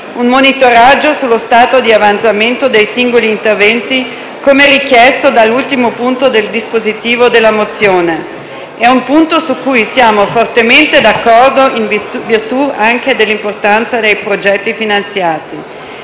un monitoraggio sullo stato di avanzamento dei singoli interventi, come richiesto dall'ultimo punto del dispositivo della mozione. È un punto su cui siamo fortemente d'accordo, in virtù anche dell'importanza dei progetti finanziati.